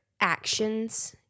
actions